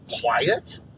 quiet